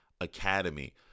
Academy